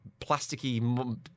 plasticky